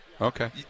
Okay